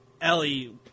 Ellie